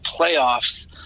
playoffs